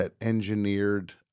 engineered